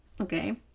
okay